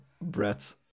Brett